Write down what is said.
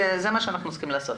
זה מה שאנחנו צריכים לעשות.